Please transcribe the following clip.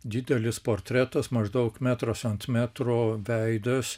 didelis portretas maždaug metras ant metro veidas